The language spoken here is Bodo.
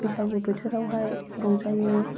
बैसागु बोथोरावहाय रंजायो